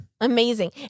amazing